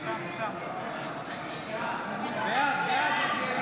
בעד צגה מלקו, בעד אבי